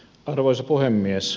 arvoisa puhemies